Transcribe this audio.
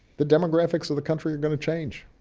the demographics of the country are going to change.